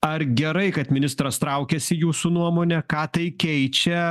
ar gerai kad ministras traukiasi jūsų nuomone ką tai keičia